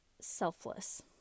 selfless